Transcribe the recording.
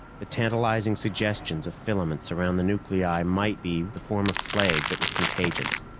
the tantalizing suggestions of filaments around the nuclei might be the form of plague that was contagious.